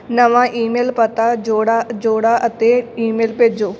ਨਵਾਂ ਈਮੇਲ ਪਤਾ ਜੋੜਾ ਜੋੜਾ ਅਤੇ ਈਮੇਲ ਭੇਜੋ